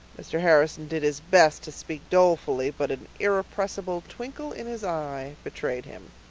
mr. harrison did his best to speak dolefully, but an irrepressible twinkle in his eye betrayed him.